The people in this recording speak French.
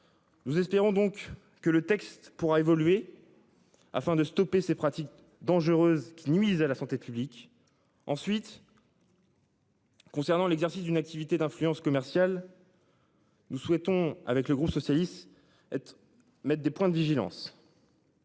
Nous espérons donc que le texte pourra évoluer. Afin de stopper ces pratiques dangereuses qui nuisent à la santé publique. Ensuite. Concernant l'exercice d'une activité d'influence commerciale. Nous souhaitons avec le groupe socialiste être. Des points de vigilance.